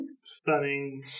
Stunning